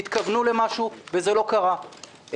התכוונו למשהו וזה לא קרה,